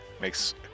makes